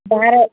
வேறு